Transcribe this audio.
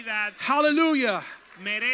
Hallelujah